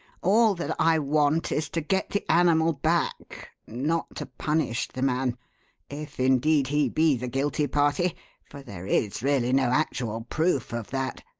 all that i want is to get the animal back not to punish the man if, indeed, he be the guilty party for there is really no actual proof of that.